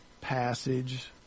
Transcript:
passage